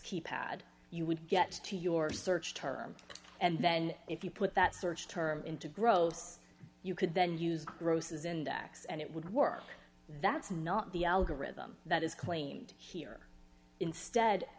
keypad you would get to your search term and then if you put that search term into gross you could then use gross's and x and it would work that's not the algorithm that is claimed here instead